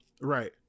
right